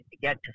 get